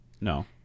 No